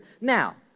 now